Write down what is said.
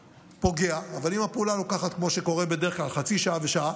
פוגע, אבל אם הפעולה לוקחת חצי שעה ושעה,